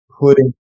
putting